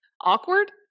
awkward